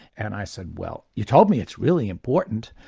and i said well you told me it's really important,